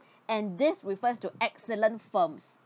and this refers to excellent firms